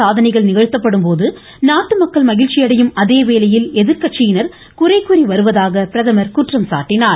சாதனைகள் நிகழ்த்தப்படும் போது பல்வேறு நாட்டு மக்கள் மகிழ்ச்சியடையும் அதே வேளையில் எதிர்க்கட்சியினர் குறை கூறி வருவதாக பிரதமர் குற்றம் சாட்டினார்